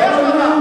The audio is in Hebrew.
תתבייש לך.